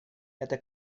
эта